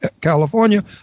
California